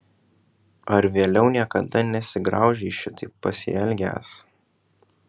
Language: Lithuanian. ar vėliau niekada nesigraužei šitaip pasielgęs